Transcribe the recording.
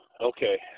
Okay